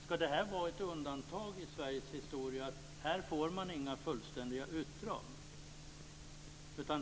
Skall det vara ett undantag i Sveriges historia att man i detta fall inte får några fullständiga utdrag?